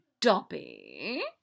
Dobby